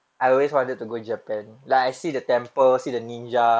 I always wanted to go japan like I see the temple see the ninja